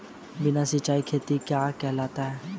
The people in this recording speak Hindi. बिना सिंचाई खेती करना क्या कहलाता है?